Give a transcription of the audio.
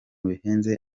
bihenze